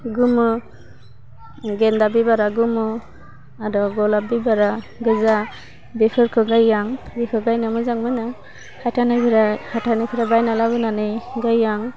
गोमो गेन्दा बिबारा गोमो आरो गलाब बिबारा गोजा बेफोरखो गायो आं बेखौ गायनो मोजां मोनो हाथाइनिफ्राय हाथाइनिफ्राय बायना लाबोनानै गायो आं